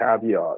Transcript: caveat